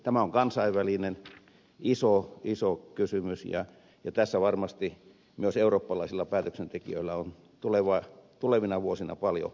tämä on kansainvälinen iso iso kysymys ja tässä varmasti myös eurooppalaisilla päätöksentekijöillä on tulevina vuosina paljon askaroitavaa